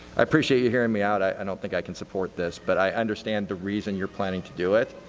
i appreciate you hearing me out. i i don't think i can support this. but i understand the reason you're planning to do it.